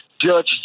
judge